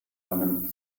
einem